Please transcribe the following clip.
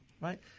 right